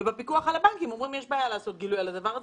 ובפיקוח על הבנקים אומרים שיש בעיה לעשות גילוי על הדבר הזה.